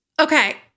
okay